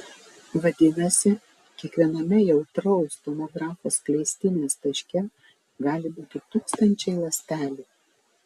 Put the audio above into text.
vadinasi kiekviename jautraus tomografo skleistinės taške gali būti tūkstančiai ląstelių